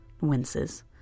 winces